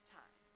time